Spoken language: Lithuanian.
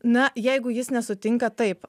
na jeigu jis nesutinka taip